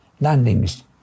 landings